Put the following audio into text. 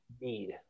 need